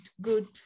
good